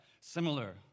similar